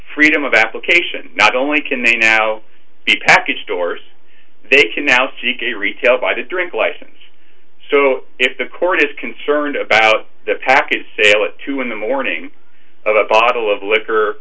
freedom of application not only can they now be package stores they can now see gay retail buy to drink life and so if the court is concerned about the package sale at two in the morning a bottle of liquor